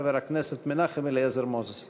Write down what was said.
חבר הכנסת מנחם אליעזר מוזס.